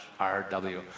rw